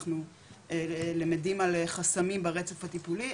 אנחנו למדים על חסמים ברצף הטיפולי,